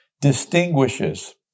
distinguishes